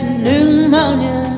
pneumonia